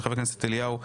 של חבר הכנסת אליהו רביבו.